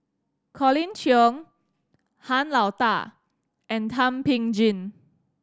Colin Cheong Han Lao Da and Thum Ping Tjin